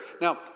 Now